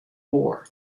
war